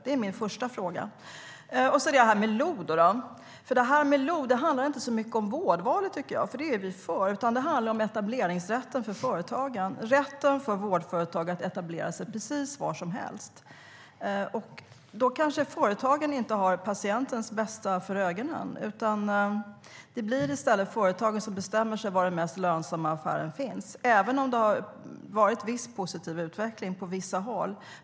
Det är min första fråga. STYLEREF Kantrubrik \* MERGEFORMAT Hälsovård, sjukvård och social omsorgDet har varit en viss positiv utveckling på vissa håll.